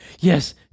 Yes